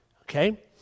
okay